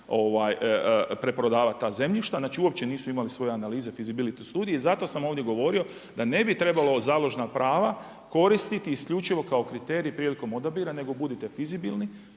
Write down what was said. preprodavala ta zemljišta. Znači uopće nisu imali svoje analize feasibility studij i zato sam ovdje govorio da ne bi trebalo založna prava koristiti isključivo kao kriterij prilikom odabira nego budite fizibilni,